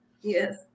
Yes